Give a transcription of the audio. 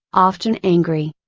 often angry.